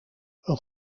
een